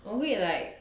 我会 like